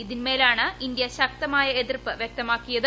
ഇതിന്മേലാണ് India ശക്തമായ എതിർപ്പ് വ്യക്തമാക്കിയത്